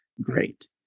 great